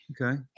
Okay